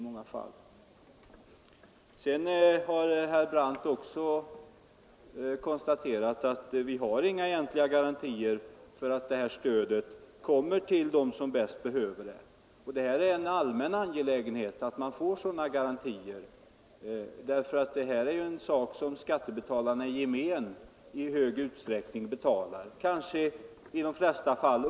Herr Brandt har också konstaterat att vi inte har några garantier för att detta stöd går till dem som behöver det. Och det är en allmän angelägenhet att man får sådana garantier, därför att detta är något som skattebetalarna i gemen i stor utsträckning betalar.